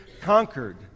conquered